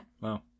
Wow